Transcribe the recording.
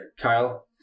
Kyle